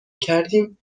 کردیم